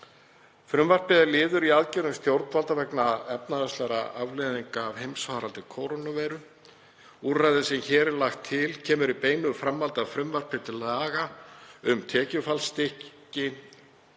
Frumvarpið er liður í aðgerðum stjórnvalda vegna efnahagslegra afleiðinga af heimsfaraldri kórónuveiru. Úrræðið sem hér er lagt til kemur í beinu framhaldi af frumvarpi til laga um tekjufallsstyrki,